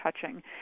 touching